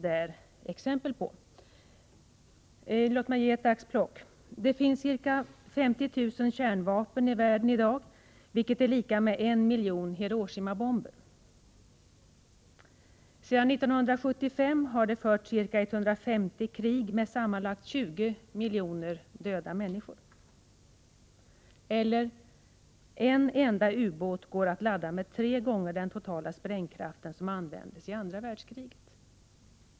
Låt mig komma med ett axplock! Det finns ca 50 000 kärnvapen i världen i dag, vilket är lika med en miljon Hiroshimabomber. Sedan 1975 har det förts ca 150 krig med sammanlagt 20 miljoner döda människor som följd. Vidare: En enda ubåt går att ladda med tre gånger den totala sprängkraft som användes i andra världskriget.